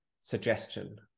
suggestion